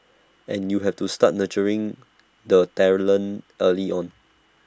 and you have to start nurturing the talent early on